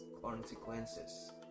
consequences